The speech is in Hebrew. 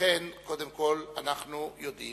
לכן, קודם כול אנחנו יודעים